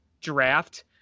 draft